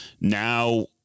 now